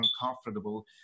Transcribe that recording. uncomfortable